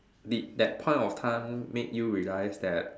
did that point of time made you realise that